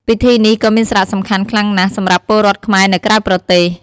ពិធីនេះក៏មានសារៈសំខាន់ខ្លាំងណាស់សម្រាប់ពលរដ្ឋខ្មែរនៅក្រៅប្រទេស។